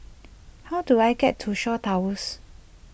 how do I get to Shaw Towers